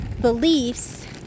beliefs